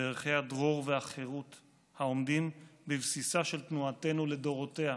בערכי הדרור והחירות העומדים בבסיסה של תנועתנו לדורותיה: